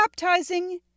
baptizing